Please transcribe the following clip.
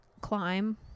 climb